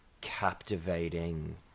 captivating